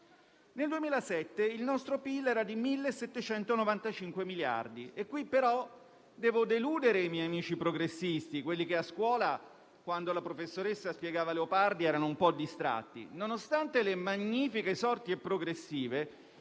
Nel 2007, il nostro PIL era di 1.795 miliardi. Qui però devo deludere i miei amici progressisti, quelli che a scuola, quando la professoressa spiegava Leopardi, erano un po' distratti: nonostante le magnifiche sorti e progressive,